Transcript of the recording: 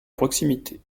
proximité